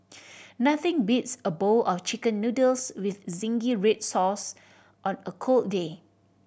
nothing beats a bowl of Chicken Noodles with zingy red sauce on a cold day